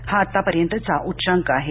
हा आतापर्यंतचा उच्चांक आहे